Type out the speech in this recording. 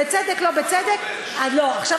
בצדק, לא בצדק, אסור לשבש לו את שיקול דעתו.